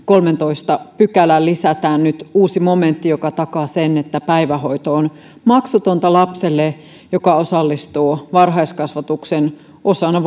kolmanteentoista pykälään lisätään nyt uusi momentti joka takaa sen että päivähoito on maksutonta lapselle joka osallistuu varhaiskasvatukseen osana